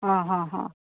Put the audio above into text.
હા હા હા